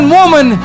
woman